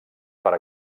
per